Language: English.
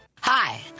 Hi